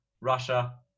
Russia